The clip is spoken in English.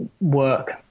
work